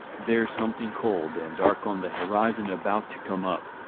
there's something cold and dark on the horizon about to come up,